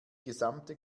gesamte